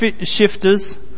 shifters